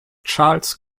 charles